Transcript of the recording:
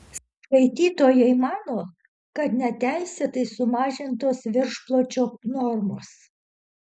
skaitytojai mano kad neteisėtai sumažintos viršpločio normos